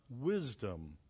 wisdom